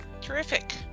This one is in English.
Terrific